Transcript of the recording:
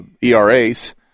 ERAs